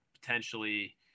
potentially